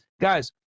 Guys